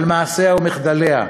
על מעשיה ומחדליה.